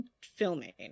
filming